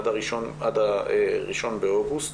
עד ה-1 באוגוסט,